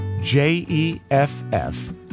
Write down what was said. J-E-F-F